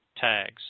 tags